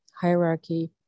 hierarchy